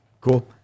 Cool